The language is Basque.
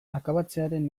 akabatzearen